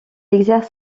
exerce